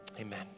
amen